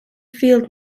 field